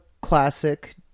classic